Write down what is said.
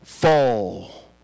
fall